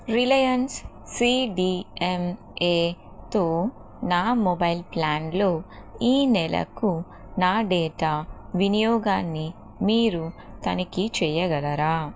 Reliance సిడిఎంఎతో నా mobile ప్లాన్లో ఈ నెలకు నా డేటా వినియోగాన్ని మీరు తనిఖీ చెయ్యగలరా